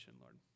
Lord